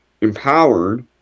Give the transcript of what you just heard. Empowered